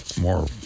more